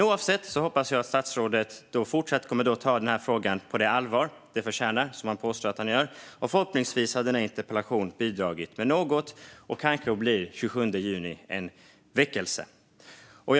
Oavsett detta hoppas jag att statsrådet fortsatt kommer att ta frågan på det allvar den förtjänar, vilket han påstår att han gör. Förhoppningsvis har denna interpellationsdebatt bidragit med något. Kanske blir den 27 juni en väckarklocka.